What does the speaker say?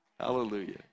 Hallelujah